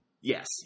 Yes